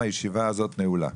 הישיבה הזאת נעולה.